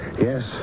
Yes